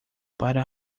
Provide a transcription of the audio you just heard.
para